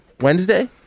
Wednesday